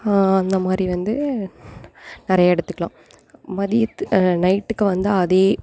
அந்தமாதிரி வந்து நிறைய எடுத்துக்கலாம் மதியத்து நைட்டுக்கு வந்து அதே